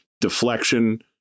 deflection